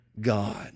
God